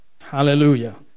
Hallelujah